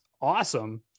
awesome